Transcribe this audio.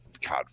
God